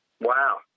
Wow